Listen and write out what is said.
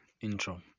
intro